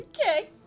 Okay